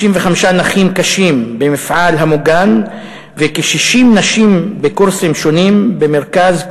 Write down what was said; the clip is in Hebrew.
35 נכים קשים במפעל המוגן וכ-60 נשים בקורסים שונים במרכז,